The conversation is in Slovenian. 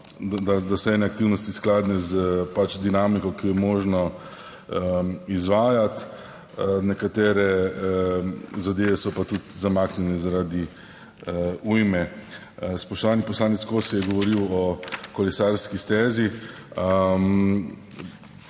so ene aktivnosti skladne z pač dinamiko, ki jo je možno izvajati, nekatere zadeve so pa tudi zamaknjene zaradi ujme. Spoštovani poslanec Kosi je govoril o kolesarski stezi.